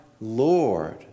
Lord